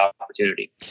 opportunity